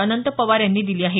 अनंत पवार यांनी दिली आहे